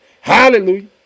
Hallelujah